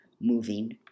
moving